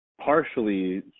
Partially